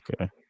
Okay